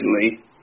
recently